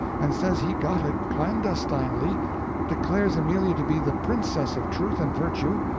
and says he got it clandestinely declares amelia to be the princess of truth and virtue,